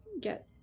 get